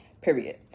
Period